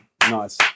Nice